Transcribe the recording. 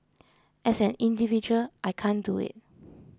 as an individual I can't do it